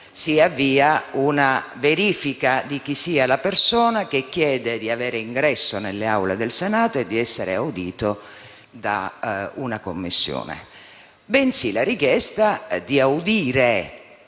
si avvia una verifica di chi sia la persona che chiede di avere ingresso nelle Aule del Senato e di essere audita da una Commissione. La richiesta di audire